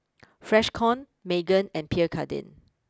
Freshkon Megan and Pierre Cardin